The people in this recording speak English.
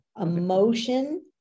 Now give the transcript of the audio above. Emotion